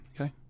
Okay